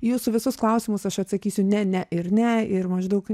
į jūsų visus klausimus aš atsakysiu ne ne ir ne ir maždaug